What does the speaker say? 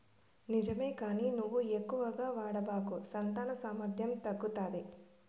నిజమే కానీ నువ్వు ఎక్కువగా వాడబాకు సంతాన సామర్థ్యం తగ్గుతాది